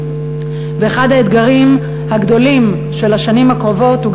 ואחד האתגרים הגדולים של השנים הקרובות הוא